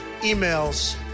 emails